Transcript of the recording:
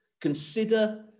Consider